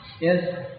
Yes